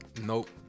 Nope